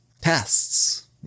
tests